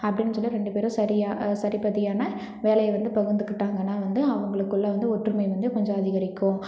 அப்படின்னு சொல்லி ரெண்டு பேரும் சரியாக சரி பாதியான வேலையை வந்து பகிர்ந்துக்கிட்டாங்கன்னால் வந்து அவங்களுக்குள்ள வந்து ஒற்றுமை வந்து கொஞ்சம் அதிகரிக்கும்